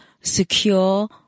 secure